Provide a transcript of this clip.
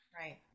Right